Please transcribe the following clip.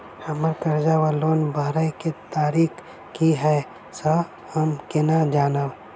हम्मर कर्जा वा लोन भरय केँ तारीख की हय सँ हम केना जानब?